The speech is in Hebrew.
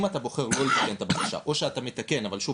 אם אתה בוחר לא לתקן את הבקשה או שאתה מתקן אבל שוב,